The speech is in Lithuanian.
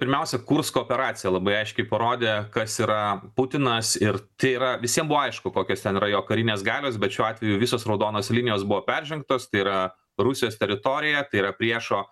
pirmiausia kursko operacija labai aiškiai parodė kas yra putinas ir tai yra visiem buvo aišku kokios ten yra jo karinės galios bet šiuo atveju visos raudonos linijos buvo peržengtos tai yra rusijos teritorija tai yra priešo